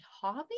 hobby